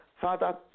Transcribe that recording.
Father